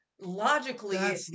logically